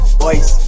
boys